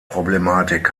problematik